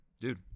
dude